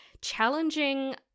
challenging